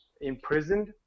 imprisoned